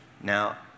Now